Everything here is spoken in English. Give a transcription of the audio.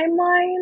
timeline